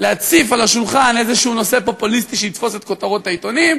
להציף על השולחן איזשהו נושא פופוליסטי שיתפוס את כותרות העיתונים,